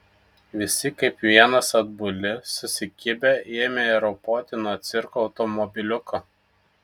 visi kaip vienas atbuli susikibę ėmė ropoti nuo cirko automobiliuko